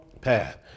path